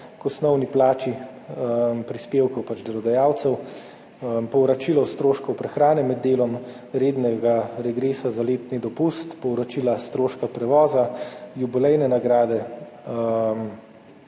k osnovni plači, prispevkov delodajalcev, povračilo stroškov prehrane med delom, rednega regresa za letni dopust, povračila stroška prevoza, jubilejne nagrade